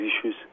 issues